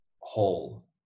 whole